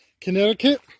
Connecticut